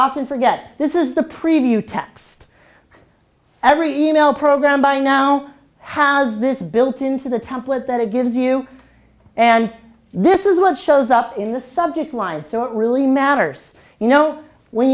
often forget this is the preview text every e mail program by now has this built into the template that it gives you and this is what shows up in the subject line so it really matters you know when